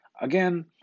Again